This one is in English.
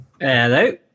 Hello